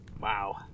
Wow